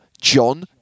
John